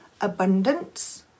abundance